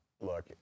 Look